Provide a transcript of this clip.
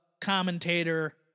commentator